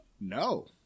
No